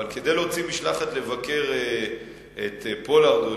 אבל כדי להוציא משלחת לבקר את פולארד,